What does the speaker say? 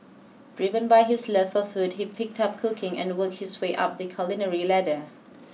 driven by his love for food he picked up cooking and worked his way up the culinary ladder